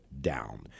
down